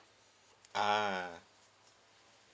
uh